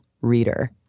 reader